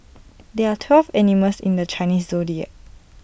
there are twelve animals in the Chinese Zodiac